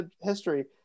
history